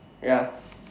ya